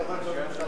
אתה חבר בממשלה?